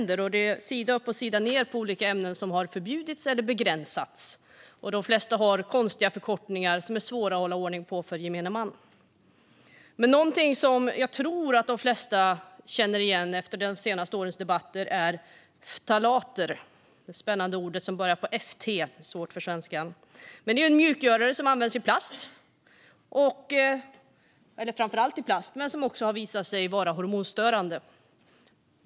Där fanns sida upp och sida ned med olika ämnen som har förbjudits eller begränsats. De flesta har konstiga förkortningar som är svåra att hålla ordning på för gemene man. Något som jag tror att de flesta känner igen efter de senaste årens debatter är ftalater - ett spännande ord som börjar på ft. Det är svårt att uttala på svenska. Ämnet är en mjukgörare som används framför allt i plast, men det har visat sig vara hormonstörande.